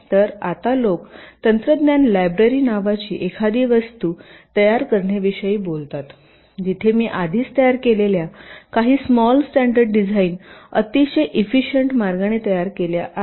तर आता लोक तंत्रज्ञान लायब्ररी नावाची एखादी वस्तू तयार करण्याविषयी बोलतात जिथे मी आधीच तयार केलेल्या काही स्मॉल स्टॅंडर्ड डिझाईन्स अतिशय इफिसिएंट मार्गाने तयार केल्या आहेत